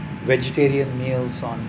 vegetarian meals on